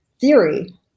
theory